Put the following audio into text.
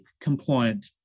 compliant